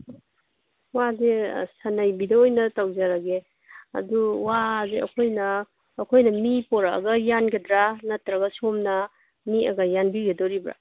ꯋꯥꯁꯦ ꯑꯁ ꯁꯟꯅꯩꯕꯤꯗ ꯑꯣꯏꯅ ꯇꯧꯖꯔꯒꯦ ꯑꯗꯨ ꯋꯥꯁꯦ ꯑꯩꯈꯣꯏꯅ ꯑꯩꯈꯣꯏꯅ ꯃꯤ ꯄꯨꯔꯛꯑꯒ ꯌꯥꯟꯒꯗ꯭ꯔꯥ ꯅꯠꯇ꯭ꯔꯒ ꯁꯣꯝꯅ ꯅꯦꯛꯑꯒ ꯌꯥꯟꯕꯤꯒꯗꯧꯔꯤꯕ꯭ꯔꯥ